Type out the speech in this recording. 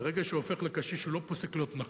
ברגע שהוא הופך לקשיש הוא לא פוסק להיות נכה.